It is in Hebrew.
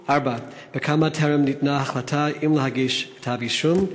4. בכמה טרם ניתנה החלטה אם להגיש כתב-אישום?